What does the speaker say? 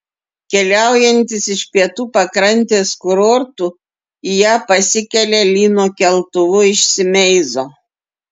keliaujantys iš pietų pakrantės kurortų į ją pasikelia lyno keltuvu iš simeizo